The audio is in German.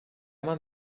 man